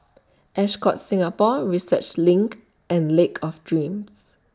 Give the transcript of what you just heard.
Ascott Singapore Research LINK and Lake of Dreams